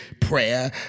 prayer